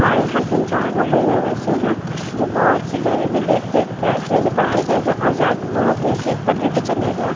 हमारे यहाँ तीन चार लोग भैया लोग ऐसे हैं जो बहुत सी गरीबी देख देख कर ऐसी ऐसी पढ़ाई कर कर आज आज वो लोग एक से एक पदवी पर चले गए